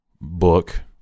book